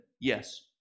yes